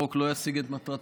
החוק לא ישיג את מטרתו.